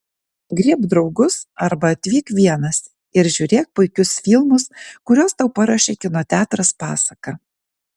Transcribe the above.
griebk draugus arba atvyk vienas ir žiūrėk puikius filmus kuriuos tau paruošė kino teatras pasaka